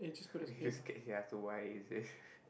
you scared she ask why is it